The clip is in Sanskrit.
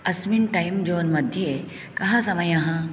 अस्मिन् टैं ज़ोन् मध्ये कः समयः